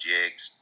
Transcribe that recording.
Jigs